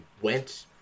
went